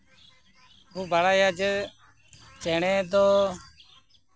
ᱠᱚ ᱵᱟᱲᱟᱭᱟ ᱡᱮ ᱪᱮᱬᱮ ᱫᱚ